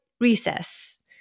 recess